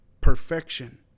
perfection